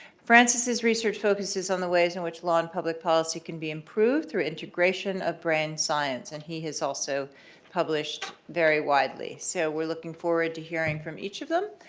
francis's research focuses on the ways in which law and public policy can be improved through integration of brain science, and he has also published very widely. so we're looking forward to hearing from each of them,